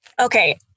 okay